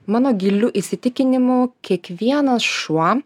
mano giliu įsitikinimu kiekvienas šuo